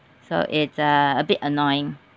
so it's uh a bit annoying